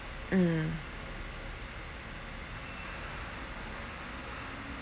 mm